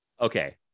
Okay